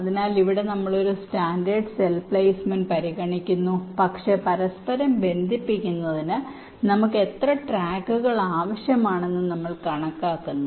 അതിനാൽ ഇവിടെ നമ്മൾ ഒരു സ്റ്റാൻഡേർഡ് സെൽ പ്ലെയ്സ്മെന്റ് പരിഗണിക്കുന്നു പക്ഷേ പരസ്പരം ബന്ധിപ്പിക്കുന്നതിന് നമുക്ക് എത്ര ട്രാക്കുകൾ ആവശ്യമാണെന്ന് നമ്മൾ കണക്കാക്കുന്നു